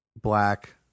black